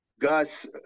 Gus